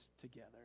together